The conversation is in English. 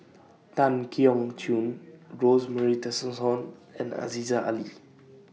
Tan Keong Choon Rosemary Tessensohn and Aziza Ali